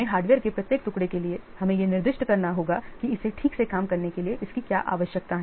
hardware के प्रत्येक टुकड़े के लिए हमें यह निर्दिष्ट करना होगा कि इसे ठीक से काम करने के लिए इसकी क्या आवश्यकता है